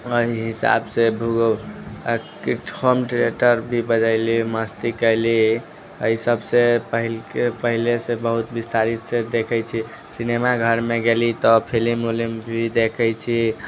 अही हिसाबसँ किछु होम थियटर भी बनबेली मस्ती कयली अय सबसँ पहिलके पहलेसँ बहुत विस्तारितसँ देखै छी सिनेमा घरमे गेली तऽ फिलिम उलिम भी देखै छी